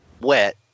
wet